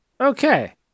Okay